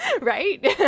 Right